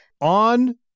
On